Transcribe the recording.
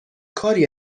کاری